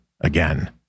again